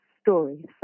story